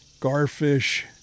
garfish